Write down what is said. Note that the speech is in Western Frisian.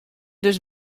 dus